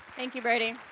thank you, brady.